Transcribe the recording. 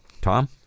Tom